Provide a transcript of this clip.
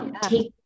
take